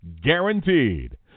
guaranteed